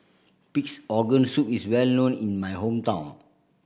Pig's Organ Soup is well known in my hometown